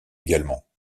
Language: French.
également